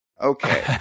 okay